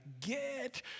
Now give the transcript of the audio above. get